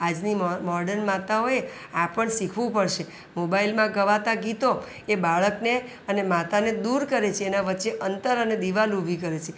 આજની મો મોર્ડન માતાઓએ આ પણ શીખવું પડશે મોબાઇલમાં ગવાતા ગીતો એ બાળકને અને માતાને દૂર કરે છે એના વચ્ચે અંતર અને દીવાલ ઊભી કરે છે